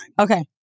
Okay